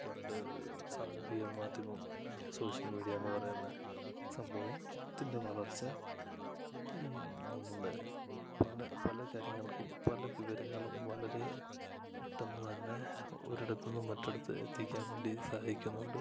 പണ്ട് സാമൂഹിക മാധ്യമം അല്ലേ സോഷ്യൽ മീഡ്യാന്ന് പറയുന്ന സംഭവത്തിന്റെ വളർച്ച ഈ നമ്മളുടെ പല പല കാര്യങ്ങൾക്കും പല വിവരങ്ങളും വളരെ പെട്ടന്ന് തന്നെ ഒരിടത്തുന്ന് മറ്റൊരിടത്ത് എത്തിക്കാൻ വേണ്ടി സഹായിക്കുന്നുണ്ട്